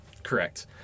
Correct